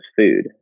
food